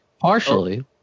partially